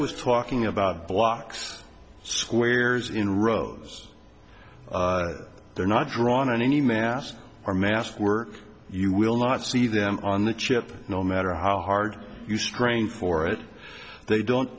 was talking about blocks squares in rows they're not drawn on any mask or mask work you will not see them on the chip no matter how hard you strain for it they don't